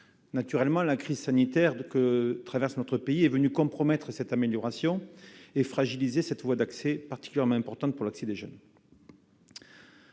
à l'emploi. La crise sanitaire que traverse notre pays est venue compromettre cette amélioration et fragiliser cette voie d'accès particulièrement importante pour l'emploi des jeunes.